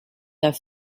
that